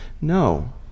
No